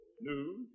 news